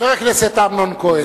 חבר הכנסת אמנון כהן.